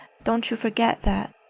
don't you forget that!